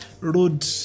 Road